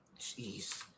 Jeez